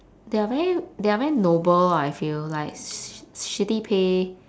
they are very they are very noble ah I feel like shi~ shitty pay